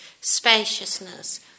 spaciousness